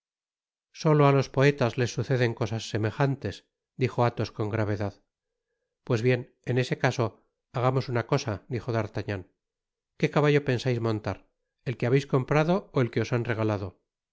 solo á los poetas les suceden cosas semejantes dijo aihos con gravedad pues bien en ese caso hagamos una cosa dijo dartagnan qué caballo pensais montar el que habeis comprado ó el que os han regalado